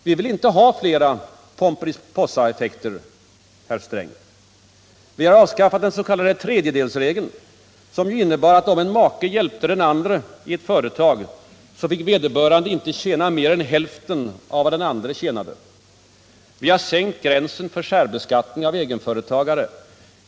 Vi vill inte ha flera Pomperipos saeffekter, herr Sträng. Vi har avskaffat den s.k. tredjedelsregeln, som innebar att om en make hjälpte den andre i ett företag, fick vederbörande inte tjäna mer än hälften av vad den andre maken tjänade. Vi har sänkt gränsen för särbeskattning av egenföretagare.